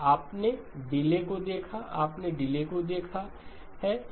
आपने डिले को देखा आपने डिले को देखा है